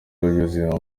by’ubuzima